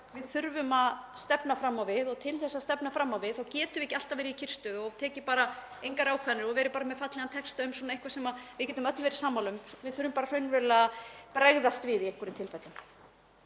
við þurfum að stefna fram á við og til þess að stefna fram á við getum við ekki alltaf verið í kyrrstöðu og tekið engar ákvarðanir, verið bara með fallegan texta um eitthvað sem við getum öll verið sammála um. Við þurfum raunverulega að bregðast við í einhverjum tilfellum.